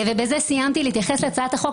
בזה סיימתי להתייחס להצעת החוק,